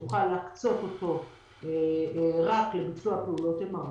כך שנוכל להקצות אותו רק לביצוע פעולות MRI,